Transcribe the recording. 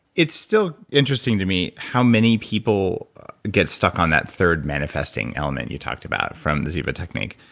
it's still interesting to me how many people get stuck on that third manifesting element you talked about from the ziva technique.